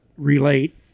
relate